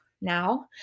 now